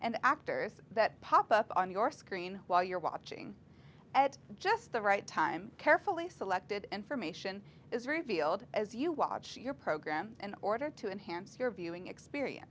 and actors that pop up on your screen while you're watching at just the right time carefully selected information is revealed as you watch your program in order to enhance your viewing experience